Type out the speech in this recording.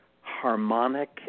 harmonic